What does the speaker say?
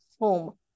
home